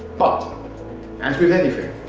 but as with everything,